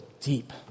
deep